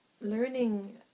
learning